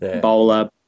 bowler